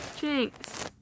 Jinx